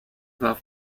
warf